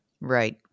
Right